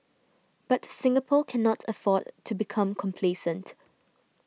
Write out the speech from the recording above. but Singapore cannot afford to become complacent